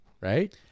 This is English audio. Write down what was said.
Right